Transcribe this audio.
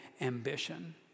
ambition